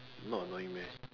not annoying meh